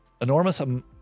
enormous